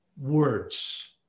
words